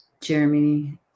Jeremy